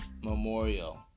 Memorial